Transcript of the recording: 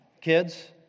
Kids